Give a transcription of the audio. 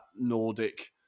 Nordic